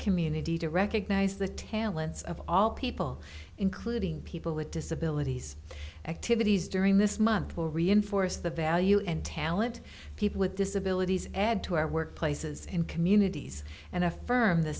community to recognize the talents of all people including people with disabilities activities during this month will reinforce the value and talent people with disabilities add to our workplaces in communities and affirm the